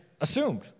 assumed